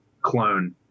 clone